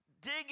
dig